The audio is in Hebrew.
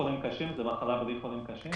מחלה בלי חולים קשים?